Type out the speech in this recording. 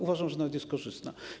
Uważam, że nawet jest korzystna.